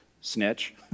Snitch